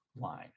line